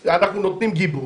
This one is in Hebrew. אנחנו נותנים גיבוי,